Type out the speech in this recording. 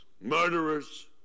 murderers